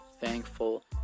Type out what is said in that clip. thankful